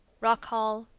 rock hall,